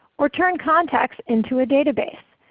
or turn contacts into a database.